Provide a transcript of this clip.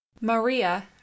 Maria